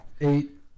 Eight